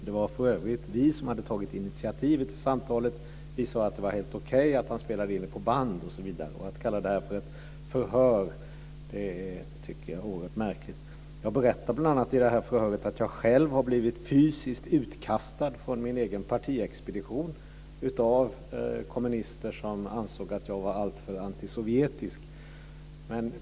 Det var för övrigt vi som hade tagit initiativet till samtalet. Vi sade att det var helt okej att han spelade in det på band osv. Att kalla det för ett förhör är oerhört märkligt. Jag berättar bl.a. i det här förhöret att jag själv har blivit fysiskt utkastad från min egen partiexpedition av kommunister som ansåg att jag var alltför antisovjetisk.